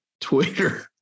Twitter